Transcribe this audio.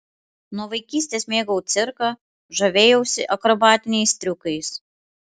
nuo vaikystės mėgau cirką žavėjausi akrobatiniais triukais